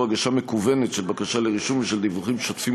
הגשה מקוונת של בקשה לרישום ושל דיווחים שוטפים,